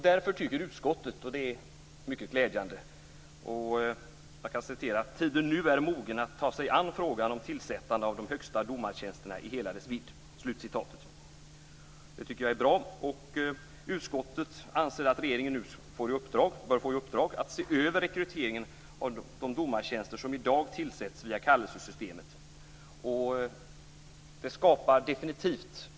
Därför är utskottets åsikt mycket glädjande. Man säger där att tiden nu är mogen att ta sig an frågan om tillsättande av de högsta domartjänsterna i hela dess vidd. Detta tycker jag är bra, och utskottet anser att regeringen nu bör få i uppdrag att se över rekryteringen av de domartjänster som i dag tillsätts via kallelsesystemet.